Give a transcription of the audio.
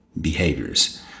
behaviors